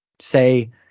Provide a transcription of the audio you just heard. Say